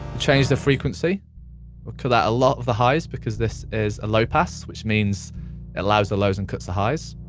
change the frequency, we'll cut out a lot of the highs because this is a low pass, which means it allows the lows and cuts the highs.